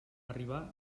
arribar